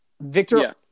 Victor